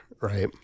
right